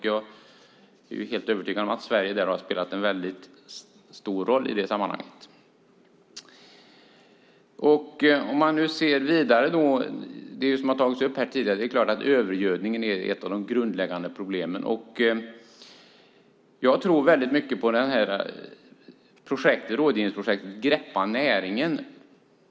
Jag är helt övertygad om att Sverige har spelat en väldigt stor roll i det sammanhanget. Om man ser vidare på det som har tagits upp här tidigare är det klart att övergödningen är ett av de grundläggande problemen. Jag tror väldigt mycket på rådgivningsprojektet Greppa näringen.